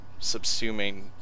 subsuming